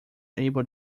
able